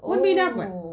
not enough [what]